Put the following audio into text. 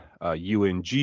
UNG